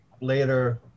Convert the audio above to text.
later